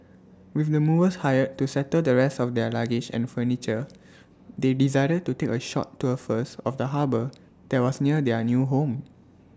with the movers hired to settle the rest of their luggage and furniture they decided to take A short tour first of the harbour that was near their new home